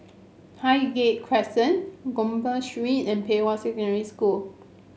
Highgate Crescent Gopeng Street and Pei Hwa Secondary School